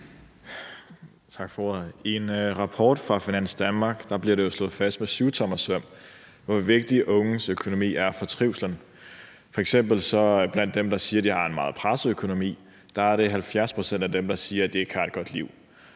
Tak for ordet. I en rapport fra Finans Danmark bliver det jo slået fast med syvtommersøm, hvor vigtig unges økonomi er for trivslen. F.eks. er det af dem, der siger, at de har en meget presset økonomi, 70 pct., der siger, at de ikke har et godt liv.